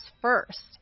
first